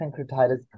pancreatitis